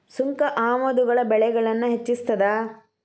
ಸುಂಕ ಆಮದುಗಳ ಬೆಲೆಗಳನ್ನ ಹೆಚ್ಚಿಸ್ತದ